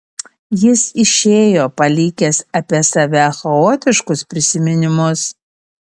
jis išėjo palikęs apie save chaotiškus prisiminimus